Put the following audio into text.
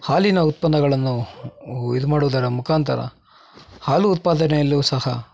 ಹಾಲಿನ ಉತ್ಪನ್ನಗಳನ್ನು ಇದು ಮಾಡೋದರ ಮುಖಾಂತರ ಹಾಲು ಉತ್ಪಾದನೆಯಲ್ಲೂ ಸಹ